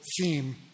theme